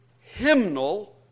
hymnal